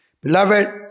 Beloved